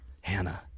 Hannah